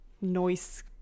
noise